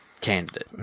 candidate